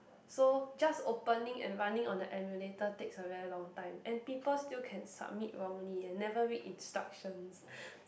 so just opening and running on the emulator takes a very long time and people still can submit wrongly and never read instructions